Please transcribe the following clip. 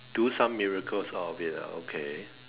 do some miracles out of it ah okay